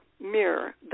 mirror